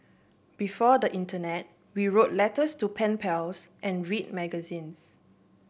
before the internet we wrote letters to pen pals and read magazines